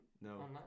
No